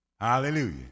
Hallelujah